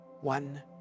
one